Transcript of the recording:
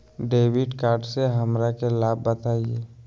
Debit card से हमरा के लाभ बताइए?